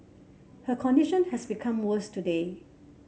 her condition has become worse today